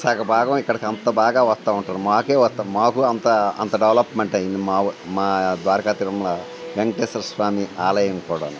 సగభాగం ఇక్కడకి అంత బాగా వస్తూ ఉంటారు మాకే వస్తూ మాకు అంత అంత డెవలప్మెంట్ అయింది మా మా ద్వారకా తిరుమల వెంకటేశ్వర స్వామి ఆలయం కూడాను